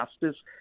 Justice